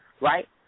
right